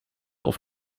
auf